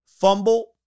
fumble